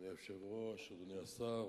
אדוני היושב-ראש, אדוני השר,